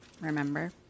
Remember